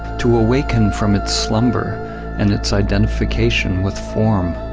to awaken from its slumber and its identification with form